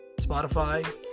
Spotify